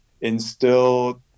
instill